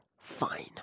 fine